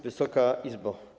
Wysoka Izbo!